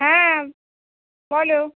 হ্যাঁ বলো